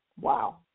Wow